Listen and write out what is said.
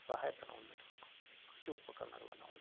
ಸಹಾಯಧನವನ್ನು ನೀಡಬೇಕು ಕೃಷಿ ಉಪಕರಣಗಳನ್ನು ಅವ್ರಿಗೆ